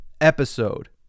episode